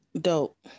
Dope